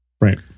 right